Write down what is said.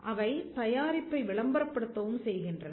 அவை தயாரிப்பை விளம்பரப்படுத்தவும் செய்கின்றன